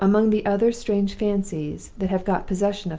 among the other strange fancies that have got possession of me,